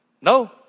no